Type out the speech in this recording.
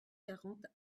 quarante